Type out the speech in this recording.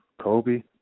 Kobe